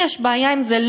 לי יש בעיה עם זה,